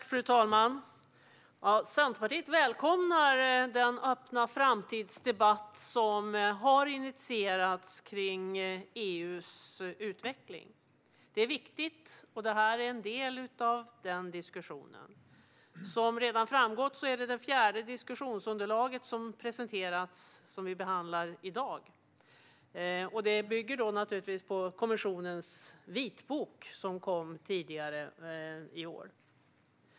Fru talman! Centerpartiet välkomnar den öppna framtidsdebatt som har initierats vad gäller EU:s utveckling. Detta är viktigt, och det här är en del av denna diskussion. Som redan framgått behandlar vi i dag det fjärde diskussionsunderlag som presenterats. Det bygger på kommissionens vitbok, som kom tidigare i år.